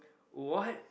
what